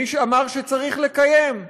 מי אמר שצריך לקיים?